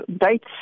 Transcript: dates